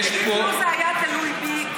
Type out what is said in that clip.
תגיד: אילו זה היה תלוי בי,